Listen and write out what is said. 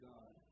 God